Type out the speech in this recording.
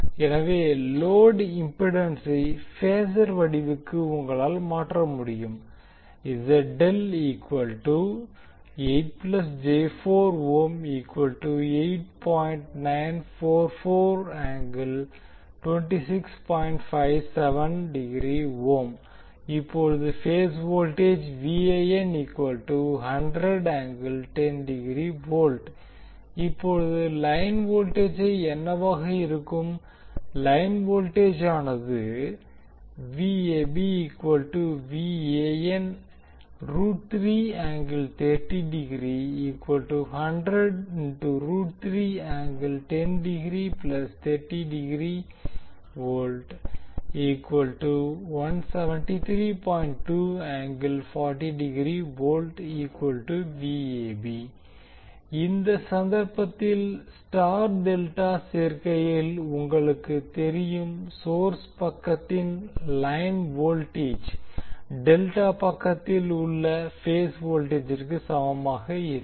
எனவே லோடு இம்பிடன்சை பேசர் வடிவுக்கு உங்களால் மாற்ற முடியும் இப்போது பேஸ் வோல்டேஜ் இப்போது லைன் வோல்டேஜ் என்னவாக இருக்கும்லைன் வோல்டேஜானது இந்த சந்தர்ப்பத்தில் ஸ்டார் டெல்டா சேர்க்கையில் உங்களுக்கு தெரியும் சோர்ஸ் பக்கத்தின் லைன் வோல்டேஜ் டெல்டா பக்கத்தில் உள்ள பேஸ் வோல்டேஜிற்கு சமமாக இருக்கும்